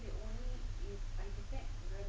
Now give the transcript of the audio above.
the project